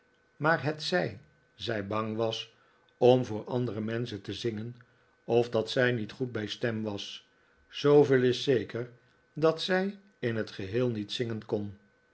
maar hetzij zij bang was om voor andere menschen te zingen of dat zij niet goed bij stem was zooveel is zeker dat zij in het geheel niet zingen